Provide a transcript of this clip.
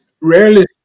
rarely